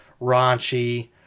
raunchy